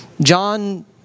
John